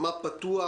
נתחיל בעדכון